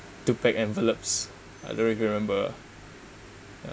to pack envelopes I don't know if you remember